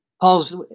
Paul's